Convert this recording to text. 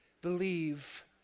believe